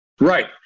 Right